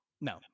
No